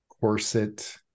corset